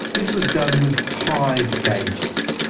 this was done with tide gauges.